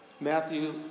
Matthew